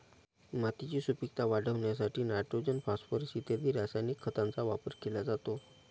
मातीची सुपीकता वाढवण्यासाठी नायट्रोजन, फॉस्फोरस इत्यादी रासायनिक खतांचा वापर केला जातो